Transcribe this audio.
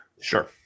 Sure